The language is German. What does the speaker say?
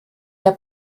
der